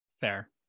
Fair